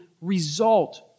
result